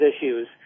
issues